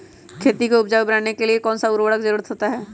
खेती को उपजाऊ बनाने के लिए कौन कौन सा उर्वरक जरुरत होता हैं?